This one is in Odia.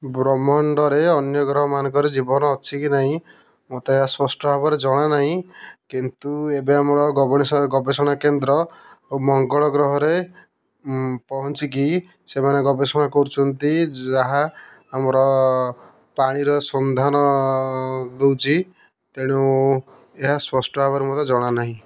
ବ୍ରହ୍ମାଣ୍ଡରେ ଅନ୍ୟ ଗ୍ରହ ମାନଙ୍କରେ ଜୀବନ ଅଛି କି ନାହିଁ ମୋତେ ଏହା ସ୍ପଷ୍ଟ ଭାବରେ ଜଣାନାହିଁ କିନ୍ତୁ ଏବେ ଆମର ଗବେଷଣା କେନ୍ଦ୍ର ଓ ମଙ୍ଗଳ ଗ୍ରହରେ ପହଞ୍ଚି କି ସେମାନେ ଗବେଷଣା କରୁଛନ୍ତି ଯାହା ଆମର ପାଣିର ସନ୍ଧାନ ଦେଉଛି ତେଣୁ ଏହା ସ୍ପଷ୍ଟ ଭାବରେ ମଧ୍ୟ ଜଣାନାହିଁ